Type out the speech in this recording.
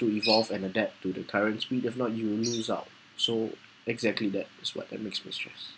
to evolve and adapt to the current speed if not you'll lose out so exactly that is what that makes me stress